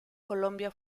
colombia